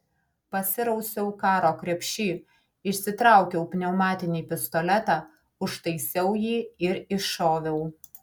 pasirausiau karo krepšy išsitraukiau pneumatinį pistoletą užtaisiau jį ir iššoviau